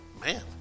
man